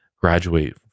graduate